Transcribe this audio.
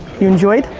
you enjoyed?